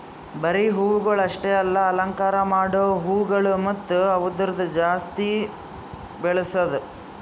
ಬರೀ ಹೂವುಗೊಳ್ ಅಷ್ಟೆ ಅಲ್ಲಾ ಅಲಂಕಾರ ಮಾಡೋ ಹೂಗೊಳ್ ಮತ್ತ ಅವ್ದುರದ್ ಜಾತಿ ಬೆಳಸದ್